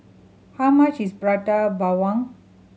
how much is Prata Bawang